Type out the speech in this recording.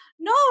no